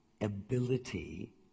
ability